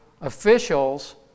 officials